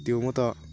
त्यो म त